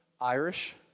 Irish